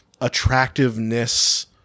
attractiveness